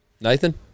Nathan